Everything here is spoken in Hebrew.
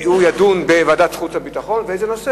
יידון בוועדת החוץ והביטחון ואיזה נושא